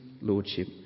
lordship